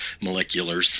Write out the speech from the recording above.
molecular